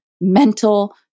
mental